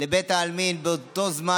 לבית העלמין באותו זמן.